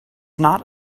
not